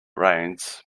rains